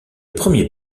premier